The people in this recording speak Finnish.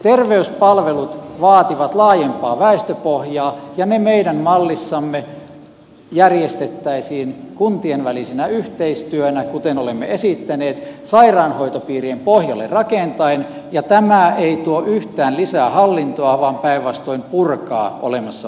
terveyspalvelut vaativat laajempaa väestöpohjaa ja ne meidän mallissamme järjestettäisiin kuntien välisenä yhteistyönä kuten olemme esittäneet sairaanhoitopiirien pohjalle rakentaen ja tämä ei tuo yhtään lisää hallintoa vaan päinvastoin purkaa olemassa olevaa hallintoa